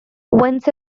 vince